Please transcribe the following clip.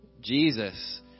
Jesus